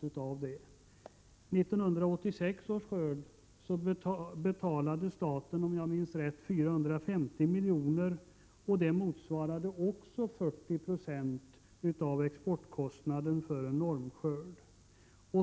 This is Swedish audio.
För 1986 års skörd betalade staten, om jag minns rätt, 450 milj.kr. Det motsvarade också 40 9e av exportkostnaden för en normskörd.